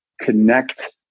connect